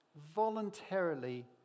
voluntarily